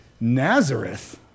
Nazareth